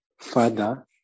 father